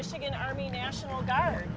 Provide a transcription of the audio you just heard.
michigan army national guard